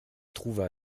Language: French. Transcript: trouva